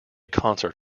concert